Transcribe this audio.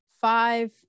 five